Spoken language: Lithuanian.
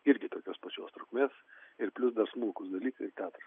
irgi tokios pačios trukmės ir plius dar smulkūs dalykai teatras